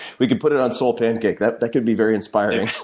we can put it on soulpancake. that that could be very inspiring.